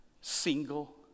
single